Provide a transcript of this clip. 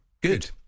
Good